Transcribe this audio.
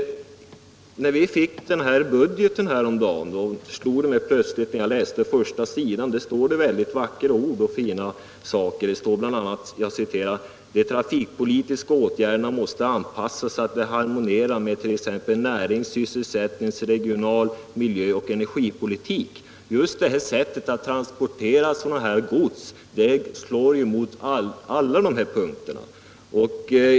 När vi fick budgeten häromdagen slog det mig plötsligt, då jag läste första sidan i den bilaga som rör kommunikationsdepartementet, att det där står väldigt vackra ord. Bl.a. heter det: ”De trafikpolitiska åtgärderna måste därför anpassas så att de harmonierar med t.ex. näringsoch sysselsättningspolitiken, regionalpolitiken, miljöpolitiken och energipolitiken.” Just det här sättet att transportera dylikt gods slår mot alla de punkterna.